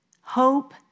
hope